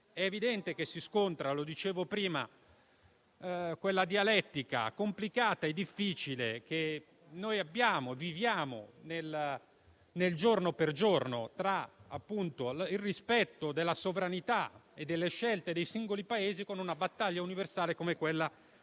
È evidente che si scontra - come dicevo prima - quella dialettica complicata e difficile che noi viviamo giorno per giorno tra il rispetto della sovranità e delle scelte dei singoli Paesi e una battaglia universale come quella sui